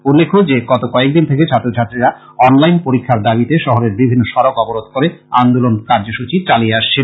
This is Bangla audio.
উল্লেখ্য যে গত কয়েকদিন থেকে ছাত্র ছাত্রীরা অন লাইন পরীক্ষার দাবীতে শহরের বিভিন্ন সড়ক অবরোধ করে আন্দোলন কার্যসূচি চালিয়ে আসছিল